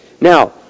Now